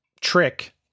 trick